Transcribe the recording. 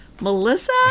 melissa